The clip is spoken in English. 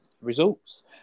results